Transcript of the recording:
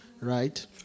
Right